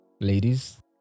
ladies